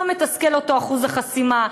לא מתסכל אותו אחוז החסימה.